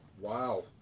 Wow